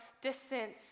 distance